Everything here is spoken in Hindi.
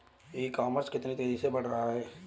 ई कॉमर्स कितनी तेजी से बढ़ रहा है?